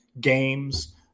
games